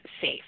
safe